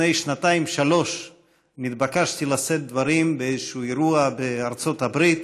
לפני שנתיים-שלוש התבקשתי לשאת דברים באיזה אירוע בארצות הברית.